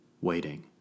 waiting